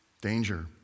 Danger